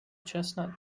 chestnut